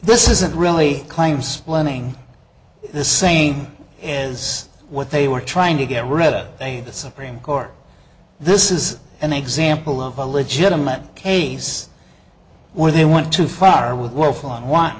this isn't really a claim splitting the same as what they were trying to get rid of the supreme court this is an example of a legitimate case where they went to far with well